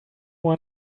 one